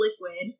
liquid